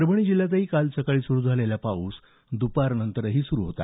परभणी जिल्ह्यातही काल सकाळी सुरू झालेला पाऊस द्पारनंतरही सुरू होता